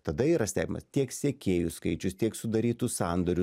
tada yra stebimas tiek sekėjų skaičius tiek sudarytų sandorių